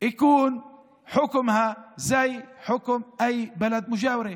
זה בעצם מצטרף לתיקים שהם לא מפוענחים.